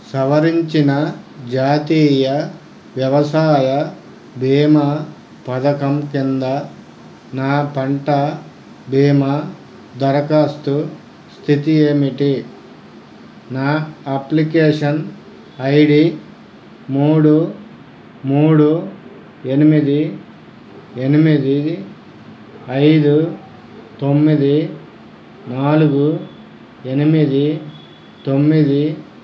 సవరించిన జాతీయ వ్యవసాయ బీమా పథకం కింద నా పంట బీమా దరఖాస్తు స్థితి ఏమిటి నా అప్లికేషన్ ఐ డీ మూడు మూడు ఎనిమిది ఎనిమిది ఐదు తొమ్మిది నాలుగు ఎనిమిది తొమ్మిది